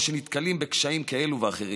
או שהם נתקלים בקשיים כאלה ואחרים.